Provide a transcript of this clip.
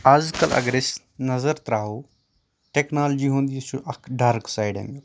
آز کل اَگر أسۍ نظر تراوو ٹیکنالوجی ہُنٛد یہِ چھُ اکھ ڈارٕک سایڈ امیُک